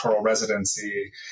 residency